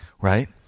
Right